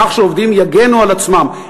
בכך שעובדים יגנו על עצמם.